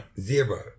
Zero